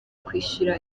kwishyura